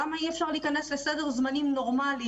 למה אי-אפשר להיכנס לסדר זמנים נורמלי?